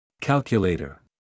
Calculator